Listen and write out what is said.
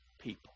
people